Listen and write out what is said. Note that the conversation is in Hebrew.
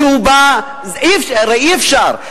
הרי אי-אפשר.